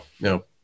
no